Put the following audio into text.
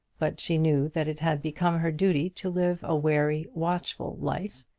but she knew that it had become her duty to live a wary, watchful life,